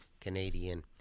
Canadian